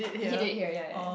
he did here ya ya ya